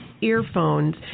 earphones